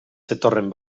zetorren